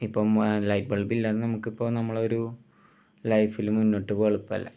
ഇപ്പം ലൈറ്റ് ബൾബില്ലാതെ നമുക്കിപ്പം നമ്മളൊരു ലൈഫിൽ മുന്നോട്ട് പോകാൻ എളുപ്പമല്ല